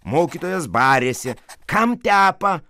mokytojas barėsi kam tepa